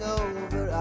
over